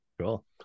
cool